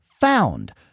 Found